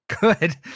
good